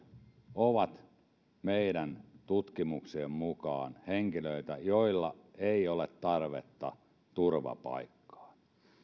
ovat meidän tutkimuksien mukaan henkilöitä joilla ei ole tarvetta turvapaikkaan